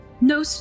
No